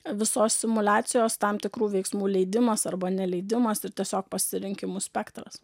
visos simuliacijos tam tikrų veiksmų leidimas arba neleidimas ir tiesiog pasirinkimų spektras